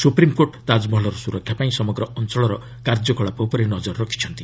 supreme court ତାକମହଲର ସୁରକ୍ଷା ପାଇଁ ସମଗ୍ର ଅଞ୍ଚଳର କାର୍ଯ୍ୟକଳାପ ଉପରେ ନକର ରଖିଛନ୍ତି